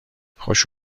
خوش